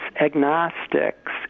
agnostics